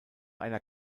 einer